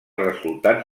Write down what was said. resultats